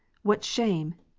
what shame!